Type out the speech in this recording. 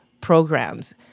programs